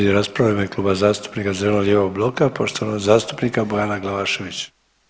Slijedi rasprava u ime Kluba zastupnika zeleno-lijevog bloka, poštovanog zastupnika Bojana Glavaševića.